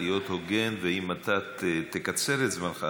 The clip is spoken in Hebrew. להיות הוגן: אם אתה תקצר את זמנך,